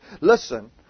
listen